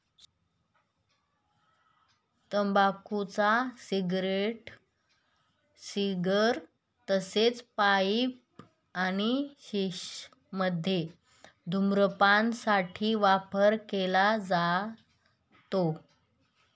तंबाखूचा cigarette, cigar तसेच pipe आणि शिश मध्ये धूम्रपान साठी वापर केला जातो